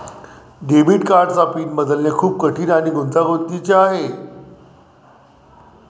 debit कार्डचा PIN बदलणे खूप कठीण आणि गुंतागुंतीचे आहे